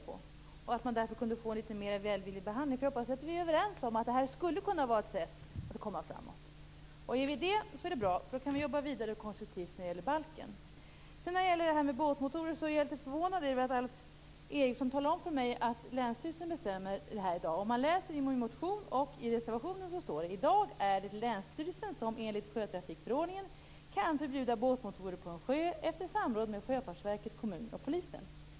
Därför skulle man kunna få en mer välvillig behandling. Jag hoppas att vi är överens om att det här skulle kunna vara ett sätt att komma framåt. Om vi är överens är det bra för då kan vi arbeta vidare konstruktivt när det gäller miljöbalken. När det gäller båtmotorer är jag litet förvånad över att Alf Eriksson talar om för mig att länsstyrelsen bestämmer. Om man läser i motionen och reservationen står det: I dag är det länsstyrelsen som enligt sjötrafikförordningen kan förbjuda båtmotorer på en sjö efter samråd med Sjöfartsverket, kommunen och polisen.